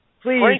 Please